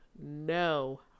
No